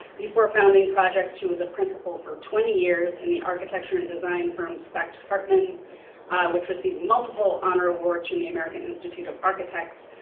before founding projects, she was a principal for twenty years in and the architecture and design firm specht harpman which received multiple honor awards from the american institute of architects.